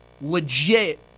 legit